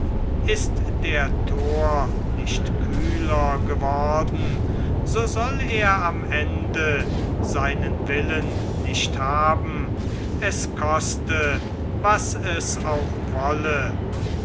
ist der tor nicht kühler geworden so soll er am ende seinen willen nicht haben es koste was es auch wolle